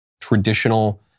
traditional